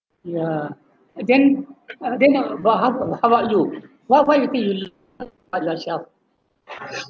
ya then then about how about you what what you think you love about yourself